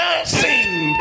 sing